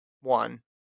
one